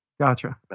Gotcha